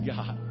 God